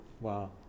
wow